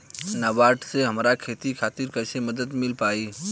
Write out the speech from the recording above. नाबार्ड से हमरा खेती खातिर कैसे मदद मिल पायी?